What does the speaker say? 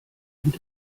und